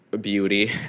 beauty